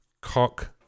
cock